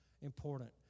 important